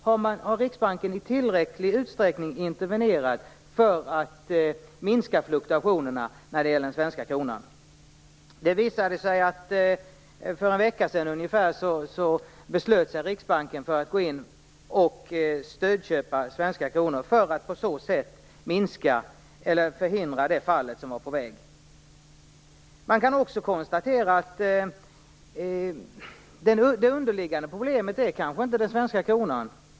Har Riksbanken i tillräcklig utsträckning intervenerat för att minska fluktuationerna när det gäller den svenska kronan? Det visade sig att Riksbanken för ungefär en vecka sedan beslutade sig för att gå in och stödköpa svenska kronor för att på så sätt minska eller förhindra det fall som var på väg. Man kan också konstatera att det underliggande problemet kanske inte är den svenska kronan.